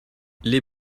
les